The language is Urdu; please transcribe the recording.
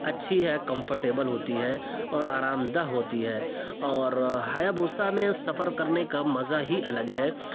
اچھی ہے کمفرٹیبل ہوتی ہے اور آرامدہ ہوتی ہے اور ہیابھوسا میں سفر کرنے کا مزہ ہی الگ ہے